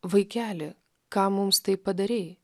vaikeli kam mums tai padarei